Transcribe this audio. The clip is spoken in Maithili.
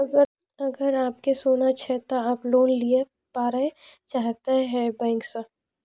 अगर आप के सोना छै ते आप लोन लिए पारे चाहते हैं बैंक से?